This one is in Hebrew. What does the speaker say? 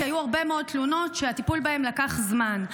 כי היו הרבה מאוד תלונות שהטיפול בהן לקח זמן.